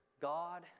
God